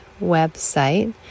website